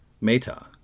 Meta